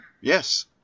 Yes